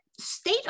State